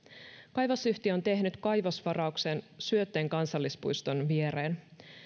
kaivosyhtiö on tehnyt kaivosvarauksen syötteen kansallispuiston viereen